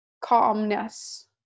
calmness